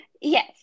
Yes